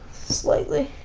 slightly.